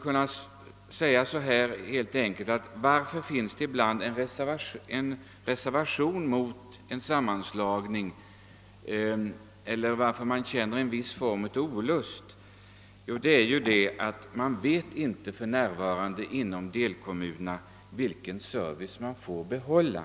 Varför känner man ibland en viss olust inför tanken på en sammanslagning? Jo, man vet för närvarande inte inom delkommunerna vilken service man får behålla.